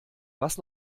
was